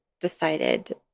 decided